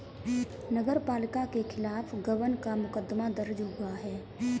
नगर पालिका के खिलाफ गबन का मुकदमा दर्ज हुआ है